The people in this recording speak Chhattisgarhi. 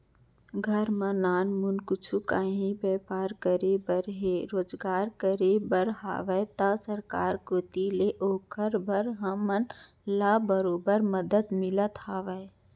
घर म नानमुन कुछु काहीं के बैपार करे बर हे रोजगार करे बर हावय त सरकार कोती ले ओकर बर हमन ल बरोबर मदद मिलत हवय